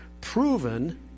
proven